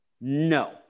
no